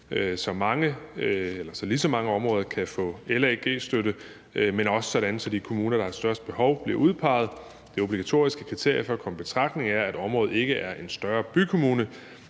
så lige så mange områder kan få LAG-støtte, men også sådan at de kommuner, der har størst behov, bliver udpeget. Det obligatoriske kriterie for at komme i betragtning er, at området ikke er en større bykommune.